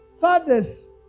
Fathers